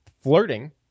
Flirting